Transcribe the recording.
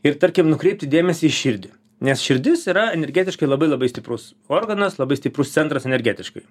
ir tarkim nukreiptų dėmesį į širdį nes širdis yra energetiškai labai labai stiprus organas labai stiprus centras energetiškai